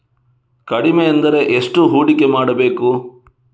ಕಡಿಮೆ ಎಂದರೆ ಎಷ್ಟು ಹೂಡಿಕೆ ಮಾಡಬೇಕು?